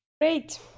Great